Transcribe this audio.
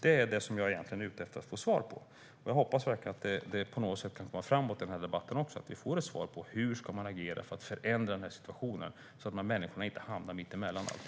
Det är egentligen detta som jag är ute efter att få svar på, och jag hoppas på något sätt att vi kan komma framåt i den här debatten, så att vi kan få ett svar på hur man ska agera för att förändra situationen så att de här människorna inte hamnar mitt emellan allt.